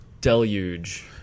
deluge